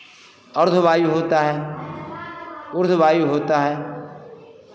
अर्ध्र वायु होता है उर्ध्व वायु होता है